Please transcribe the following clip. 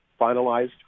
finalized